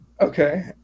Okay